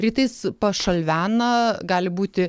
rytais pašalvena gali būti